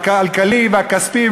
הכלכלי והכספי,